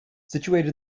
situated